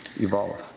evolve